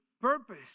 purpose